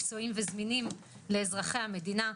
מקצועיים וזמינים לאזרחי המדינה,